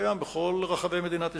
שקיים בכל רחבי מדינת ישראל.